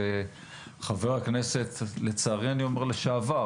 חבר הכנסת לצערי אני אומר לשעבר,